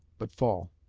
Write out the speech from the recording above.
but fall.